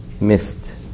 missed